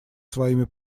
своими